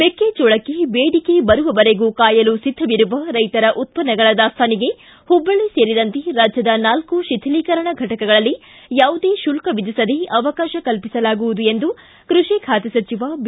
ಮೆಕ್ಕೆಜೋಳಕ್ಕೆ ಬೇಡಿಕೆ ಬರುವವರೆಗೂ ಕಾಯಲು ಸಿದ್ಧವಿರುವ ರೈತರ ಉತ್ಪನ್ನಗಳ ದಾಸ್ತಾನಿಗೆ ಹುಬ್ಬಳ್ಳಿ ಸೇರಿದಂತೆ ರಾಜ್ಯದ ನಾಲ್ಕು ಶೀಥಲೀಕರಣ ಘಟಕಗಳಲ್ಲಿ ಯಾವುದೇ ಶುಲ್ಕ ವಿಧಿಸದೇ ಅವಕಾಶ ಕಲ್ಪಿಸಲಾಗುವುದು ಎಂದು ಕೃಷಿ ಖಾತೆ ಸಚಿವ ಬಿ